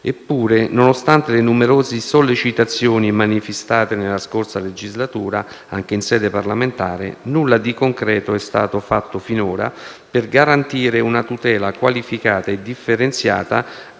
eppure, nonostante le numerose sollecitazioni manifestate nella scorsa legislatura anche in sede parlamentare, nulla di concreto è stato fatto finora per garantire una tutela qualificata e differenziata